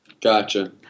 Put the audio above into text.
Gotcha